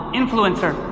influencer